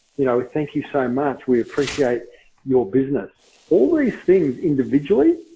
you know, thank you so much, we appreciate your business. all these things, individually,